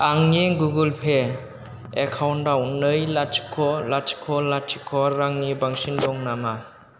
आंनि Google Pay एकाउन्टाव नै लाथिख' लाथिख' लाथिख' रांनि बांसिन दं नामा